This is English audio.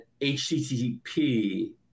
HTTP